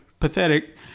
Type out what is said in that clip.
Pathetic